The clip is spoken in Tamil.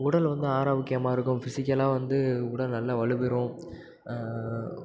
உடல் வந்து ஆரோக்கியமாக இருக்கும் ஃபிஸிக்கலாக வந்து உடல் நல்ல வலுப்பெரும்